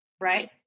right